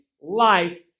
life